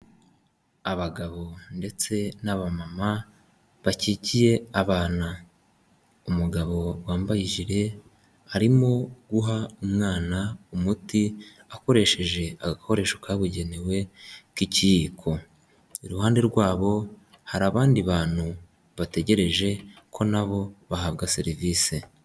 Abagabo ndetse n'abamama bakikiye abana umugabo wambaye ijile arimo guha umwana umuti akoresheje agakoresho kabugenewe k'ikiyiko iruhande rwabo hari abandi bantu bategereje ko nabo bahabwa serivisi.